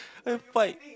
why you fight